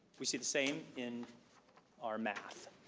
we see the same in our math.